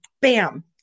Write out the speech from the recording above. bam